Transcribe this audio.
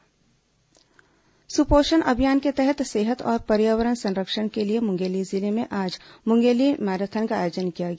Mungeli marathon सुपोषण अभियान के तहत सेहत और पर्यावरण संरक्षण के लिए मुंगेली जिले में आज मुंगेली मैराथन का आयोजन किया गया